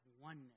oneness